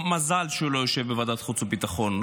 או מזל שהוא לא יושב בוועדת החוץ והביטחון.